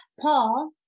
Paul